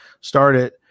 started